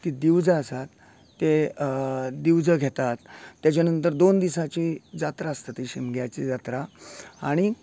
ती दिवजां आसात तीं दिवजां घेतात तेजे नंतर दोन दिसांची जात्रा आसता शिमग्याची जात्रा आनीक